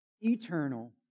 Eternal